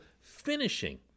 finishing